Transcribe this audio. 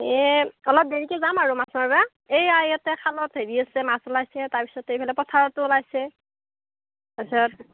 এই অলপ দেৰিকে যাম আৰু মাছ মাৰবা এইয়া ইয়াতে খালত হেৰি আছে মাছ ওলাইছে তাৰপাছত ইফালে পথাৰতো ওলাইছে তাৰপিছত